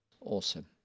Awesome